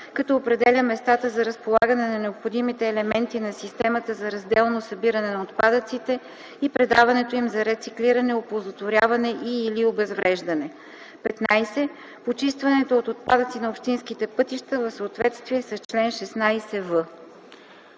като определя местата за разполагане на необходимите елементи на системата за разделно събиране на отпадъците и предаването им за рециклиране, оползотворяване и/или обезвреждане; 15. почистването от отпадъци на общинските пътища в съответствие с чл. 16в.”